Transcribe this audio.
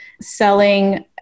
selling